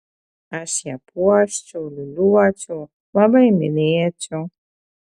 aš ją puoščiau liūliuočiau labai mylėčiau